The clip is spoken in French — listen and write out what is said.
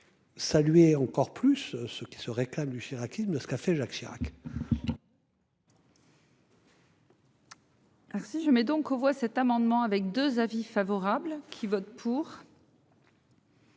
Saluer encore plus ceux qui se réclament du chiraquisme de ce qu'a fait Jacques Chirac. Alors si je mets donc aux voix cet amendement avec 2 avis favorable qui vote pour.